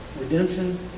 Redemption